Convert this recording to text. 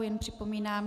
Jen připomínám